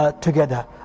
Together